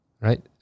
right